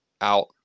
out